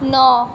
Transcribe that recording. नओ